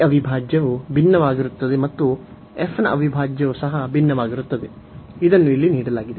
ಈ ಅವಿಭಾಜ್ಯವು ಭಿನ್ನವಾಗಿರುತ್ತದೆ ಮತ್ತು fನ ಅವಿಭಾಜ್ಯವು ಸಹ ಭಿನ್ನವಾಗಿರುತ್ತದೆ ಇದನ್ನು ಇಲ್ಲಿ ನೀಡಲಾಗಿದೆ